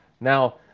now